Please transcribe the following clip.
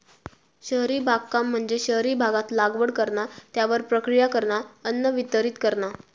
शहरी बागकाम म्हणजे शहरी भागात लागवड करणा, त्यावर प्रक्रिया करणा, अन्न वितरीत करणा